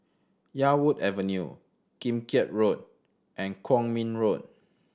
Yarwood Avenue Kim Keat Road and Kwong Min Road